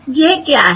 यह क्या है